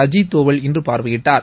அஜித் தோவல் இன்று பார்வையிட்டார்